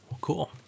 Cool